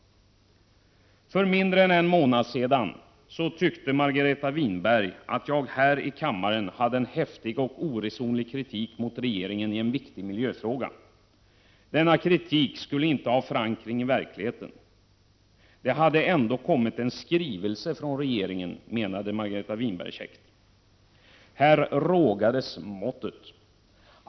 För mindre än en månad sedan tyckte Margareta Winberg att jag här i kammaren riktade en häftig och oresonlig kritik mot regeringen i en viktig miljöfråga. Denna kritik skulle inte ha förankring i verkligheten, för det hade ju ändå kommit en skrivelse från regeringen, menade Margareta Winberg käckt. Här rågades måttet!